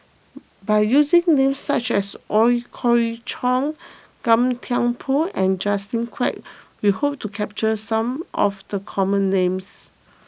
by using names such as Ooi Kok Chuen Gan Thiam Poh and Justin Quek we hope to capture some of the common names